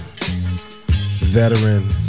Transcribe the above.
Veteran